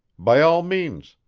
by all means,